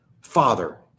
father